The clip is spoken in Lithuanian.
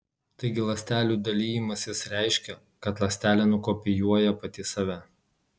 taigi ląstelių dalijimasis reiškia kad ląstelė nukopijuoja pati save